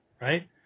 right